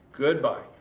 Goodbye